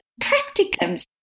practicums